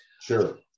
Sure